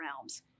realms